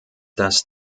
dass